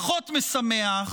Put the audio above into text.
משמח פחות,